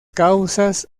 causas